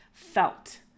felt